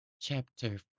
chapter